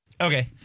Okay